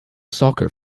soccer